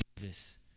Jesus